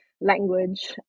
language